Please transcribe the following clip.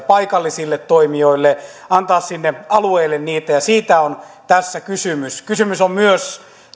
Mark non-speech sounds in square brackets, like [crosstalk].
[unintelligible] paikallisille toimijoille sinne alueelle ja siitä on tässä kysymys kysymys on myös